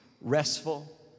restful